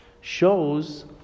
shows